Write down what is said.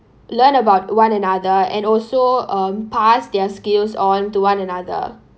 learn about one another and also um pass their skills on to one another